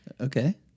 Okay